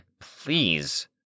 please